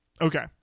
okay